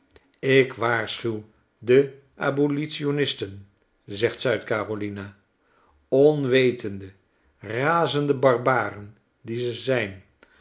ik waarschuw de abolitionisten zegt zuid carolina onwetende razende barbaren die ze zijn